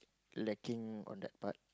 lacking on that part